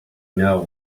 know